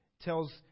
tells